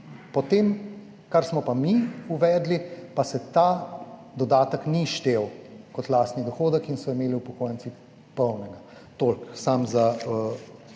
Po tem, kar smo pa mi uvedli, pa se ta dodatek ni štel kot lastni dohodek in so imeli upokojenci polnega. Toliko samo za